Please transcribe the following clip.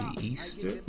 Easter